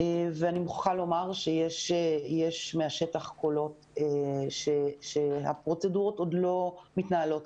ואני מוכרחה לומר שיש מהשטח קולות שהפרוצדורות עוד לא מתנהלות